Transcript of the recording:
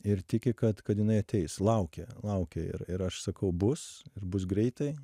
ir tiki kad kad jinai ateis laukia laukia ir ir aš sakau bus ir bus greitai